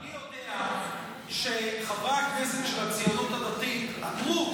אדוני יודע שחברי הכנסת של הציונות הדתית אמרו